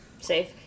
safe